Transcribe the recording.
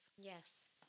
Yes